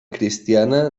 cristiana